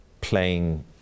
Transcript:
playing